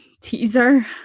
teaser